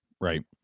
right